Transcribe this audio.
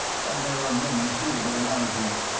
and there are many suitable analogies,